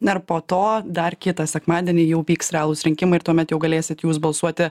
na ir po to dar kitą sekmadienį jau vyks realūs rinkimai ir tuomet jau galėsit jūs balsuoti